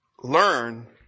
learn